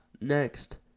next